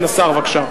כן, השר, בבקשה.